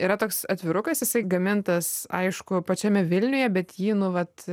yra toks atvirukas jisai gamintas aišku pačiame vilniuje bet jį nu vat